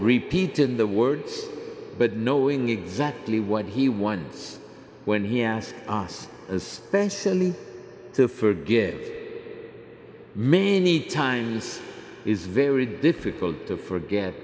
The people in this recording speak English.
repeating the words but knowing exactly what he once when he asks us especially to forgive it many times is very difficult to forget